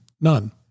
None